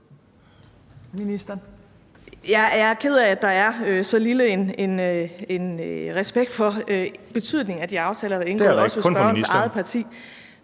Jeg er ked af, at der så lidt respekt for betydningen af de aftaler, der indgås, også af spørgerens eget parti,